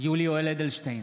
יולי יואל אדלשטיין,